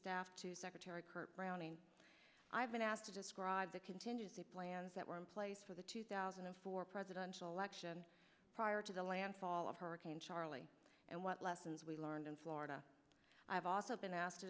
staff to secretary kurt browning i've been asked to describe the contingency plans that were in place for the two thousand and four presidential election prior to the landfall of hurricane charley and what lessons we learned in florida i have also been asked to